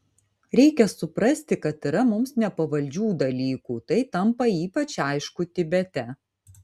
reikia suprasti kad yra mums nepavaldžių dalykų tai tampa ypač aišku tibete